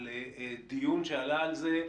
על דיון שעלה על זה,